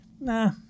Nah